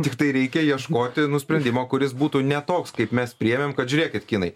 tiktai reikia ieškoti nu sprendimo kuris būtų ne toks kaip mes priėmėm kad žiūrėkit kinai